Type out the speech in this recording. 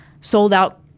sold-out